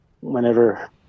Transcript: whenever